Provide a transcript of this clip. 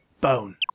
Bone